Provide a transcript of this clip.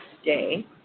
day